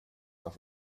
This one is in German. auf